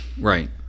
right